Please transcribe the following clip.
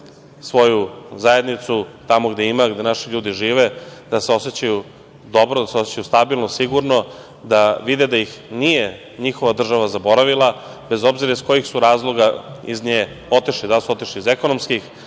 svoju zajednicu tamo gde je ima, gde naši ljudi žive, da se osećaju dobro, stabilno, sigurno, da vide da ih nije njihova država zaboravila, bez obzira iz kojih su razloga iz nje otišli, da li su otišli iz ekonomskih